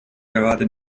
gerade